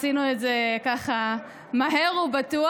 עשינו את זה מהר ובטוח,